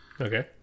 Okay